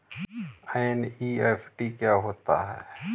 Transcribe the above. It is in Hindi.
एन.ई.एफ.टी क्या होता है?